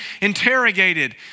interrogated